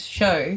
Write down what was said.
show